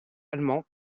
allemand